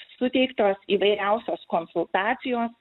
suteiktos įvairiausios konsultacijos